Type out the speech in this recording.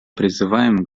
призываем